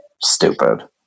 stupid